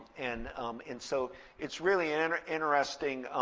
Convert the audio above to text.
and and so it's really and and interesting.